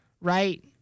right